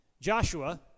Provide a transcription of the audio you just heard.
Joshua